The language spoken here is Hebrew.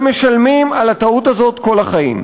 ומשלמים על הטעות הזאת כל החיים.